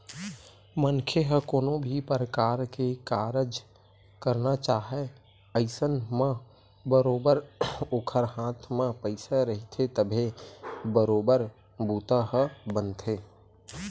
मनखे ह कोनो भी परकार के कारज करना चाहय अइसन म बरोबर ओखर हाथ म पइसा रहिथे तभे बरोबर बूता ह बनथे